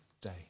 day